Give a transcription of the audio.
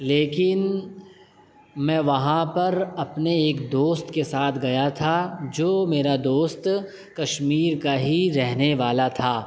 لیکن میں وہاں پر اپنے ایک دوست کے ساتھ گیا تھا جو میرا دوست کشمیر کا ہی رہنے والا تھا